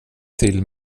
till